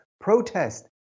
protest